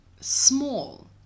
small